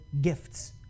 gifts